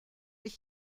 ich